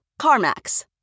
CarMax